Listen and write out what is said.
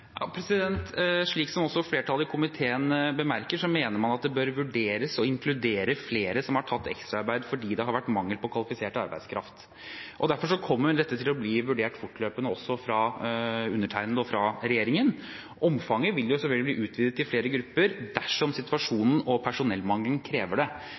Slik som også flertallet i komiteen bemerker, mener man at det bør vurderes å inkludere flere som har tatt ekstraarbeid fordi det har vært mangel på kvalifisert arbeidskraft. Derfor kommer dette til å bli vurdert fortløpende også fra undertegnede og regjeringen. Omfanget vil selvfølgelig bli utvidet til flere grupper dersom situasjonen og personellmangelen krever det.